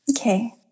Okay